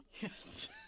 yes